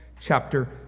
Chapter